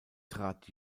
trat